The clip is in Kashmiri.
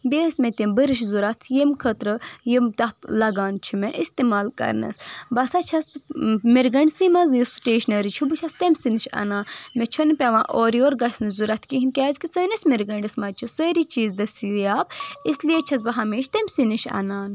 بیٚیہِ ٲسۍ مےٚ تِم برش تہِ ضرورت ییٚمہ خٲطرٕ یِم تَتھ لگان چھِ مےٚ اِستعمال کرنَس بہٕ ہسا چھَس مِرگنٛڈسٕے منٛز یُس سِٹیٚشنری چھ بہٕ چھَس تٔمۍ سی نِش اَنان مےٚ چھُ نہٕ پیٚوان اورٕ یور گژھنٕچ ضروٗرَت کِہنۍ نہٕ کیٚازِ کہِ سٲنِس مِرگٔنٛڈِس منٛز چھِ سٲری چیٖز دٔستِیاب اس لیے چھَس بہٕ ہمیٚشہٕ تٔمۍ سی نِش اَنان